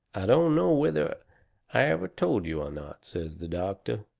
i don't know whether i ever told you or not, says the doctor,